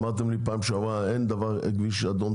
אמרתם לי בפעם שעברה שלא טוב להגיד כביש אדום,